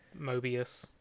Mobius